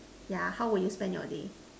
yeah how would you spend your day